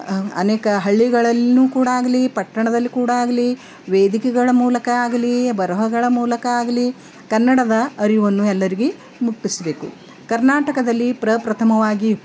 ಅನೇಕ ಹಳ್ಳಿಗಳಲ್ಲು ಕೂಡ ಆಗಲಿ ಪಟ್ಟಣದಲ್ಲಿ ಕೂಡ ಆಗಲಿ ವೇದಿಕೆಗಳ ಮೂಲಕ ಆಗಲಿ ಬರಹಗಳ ಮೂಲಕ ಆಗಲಿ ಕನ್ನಡದ ಅರಿವನ್ನು ಎಲ್ಲರಿಗು ಮುಟ್ಟಿಸಬೇಕು ಕರ್ನಾಟಕದಲ್ಲಿ ಪ್ರಪ್ರಥಮವಾಗಿ